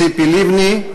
ציפי לבני,